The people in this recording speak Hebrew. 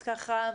אז ככה,